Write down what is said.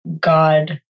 god